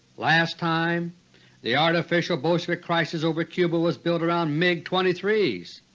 last time the artificial bolshevik crisis over cuba was built around mig twenty three s.